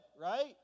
right